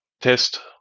test